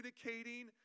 communicating